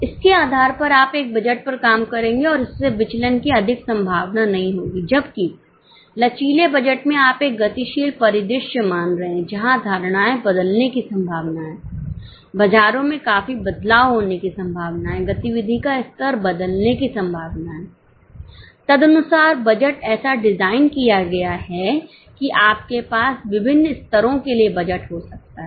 इसके आधार पर आप एक बजट पर काम करेंगे और इससे विचलन की अधिक संभावना नहीं होगी जबकि एक लचीले बजट में आप एक गतिशील परिदृश्यमान रहे हैं जहां धारणाएं बदलने की संभावना है बाजारों में काफी बदलाव होने की संभावना है गतिविधि का स्तर बदलने की संभावना है तदनुसार बजट ऐसा डिज़ाइन किया गया है कि आपके पास विभिन्न स्तरों के लिए बजट हो सकता है